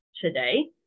today